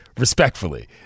respectfully